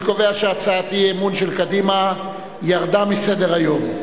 אני קובע שהצעת אי-האמון של קדימה ירדה מסדר-היום.